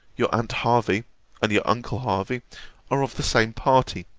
your aunt hervey and your uncle hervey are of the same party.